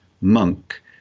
monk